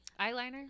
eyeliner